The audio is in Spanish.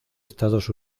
estados